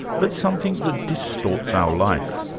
but something that distorts our life.